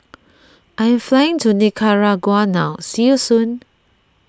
I am flying to Nicaragua now see you soon